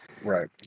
Right